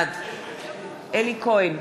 בעד אלי כהן,